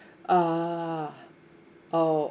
ah oh